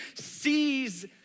sees